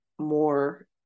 more